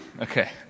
Okay